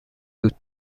بود